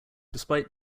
despite